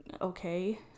okay